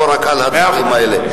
לא רק על הדברים האלה.